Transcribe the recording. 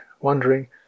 wondering